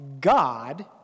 God